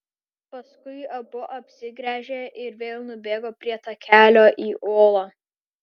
paskui abu apsigręžė ir vėl nubėgo prie takelio į uolą